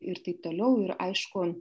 ir taip toliau ir aišku